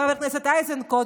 חבר הכנסת איזנקוט,